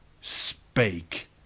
spake